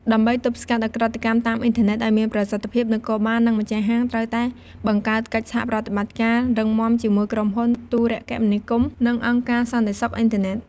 ដើម្បី ទប់ស្កាត់ឧក្រិដ្ឋកម្មតាមអ៊ីនធឺណិត ឱ្យមានប្រសិទ្ធភាព នគរបាល និង ម្ចាស់ហាង ត្រូវតែ បង្កើតកិច្ចសហប្រតិបត្តិការ រឹងមាំជាមួយ ក្រុមហ៊ុនទូរគមនាគមន៍ និង អង្គការសន្តិសុខអ៊ីនធឺណិត។